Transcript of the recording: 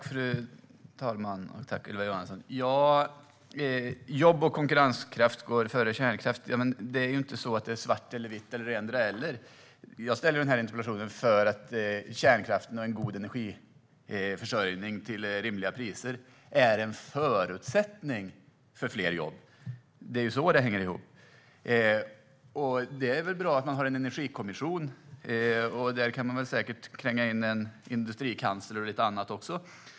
Fru talman! Jobb och konkurrenskraft går före kärnkraft. Det är inte så att det är svart eller vitt, eller endera eller. Jag ställde frågan i interpellationen för att kärnkraften och en god energiförsörjning till rimliga priser är en förutsättning för fler jobb. Det är så det hänger ihop. Det är väl bra att man har en energikommission. Där kan man säkert kränga in en industrikansler och också lite annat.